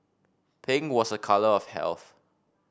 pink was a colour of health